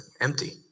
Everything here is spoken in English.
empty